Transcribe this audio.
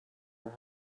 are